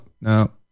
no